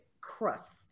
crust